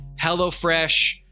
HelloFresh